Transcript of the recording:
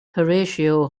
horatio